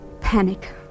panic